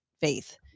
faith